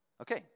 Okay